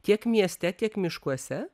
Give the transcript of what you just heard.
tiek mieste tiek miškuose